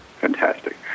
Fantastic